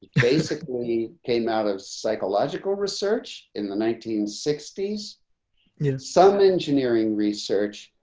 basically came out of psychological research in the nineteen sixty s in some engineering research,